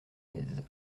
aise